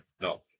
no